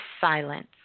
silence